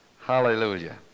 Hallelujah